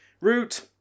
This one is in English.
Root